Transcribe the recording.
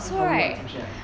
那条路 right 进去 right